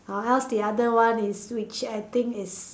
or else other one is which I think is